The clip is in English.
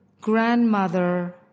grandmother